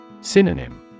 Synonym